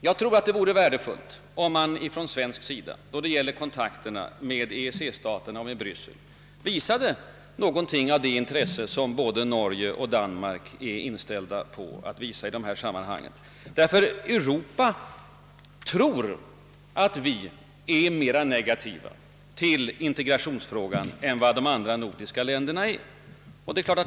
Jag tror det vore värdefullt om Sverige visade samma intresse för kontakterna med EEC-staterna och Bryssel som både Norge och Danmark är inställda på att visa. Ute i Europa tror man allmänt, att vi är mera negativa till integrationsfrågan än vad de andra nordiska länderna är.